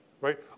right